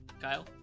Kyle